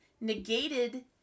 negated